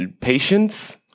Patience